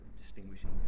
distinguishing